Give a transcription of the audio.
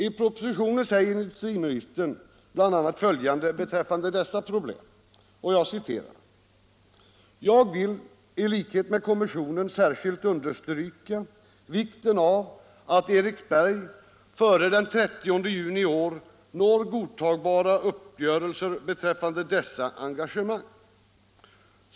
I propositionen säger industriministern bl.a. följande beträffande dessa problem: ”Jag vill i likhet med kommissionen särskilt understryka vikten av att EMV före den 30 juni i år når godtagbara uppgörelser beträffande dessa engagemang.